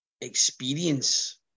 experience